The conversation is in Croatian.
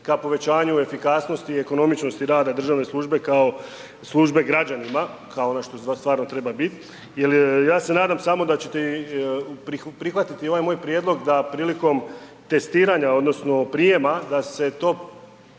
ka povećanju efikasnosti i ekonomičnosti rada državne službe kao službe građanima, kao ono što stvarno treba bit, jel ja se nadam samo da ćete prihvatiti ovaj moj prijedlog da prilikom testiranja odnosno prijma da se to